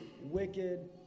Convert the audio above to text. wicked